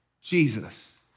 Jesus